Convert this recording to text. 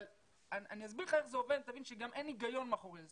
אבל אני אסביר לך איך זה עובד ואתה תבין שגם אין היגיון מאחורי זה.